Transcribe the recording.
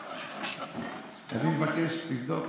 אני מבקש לבדוק.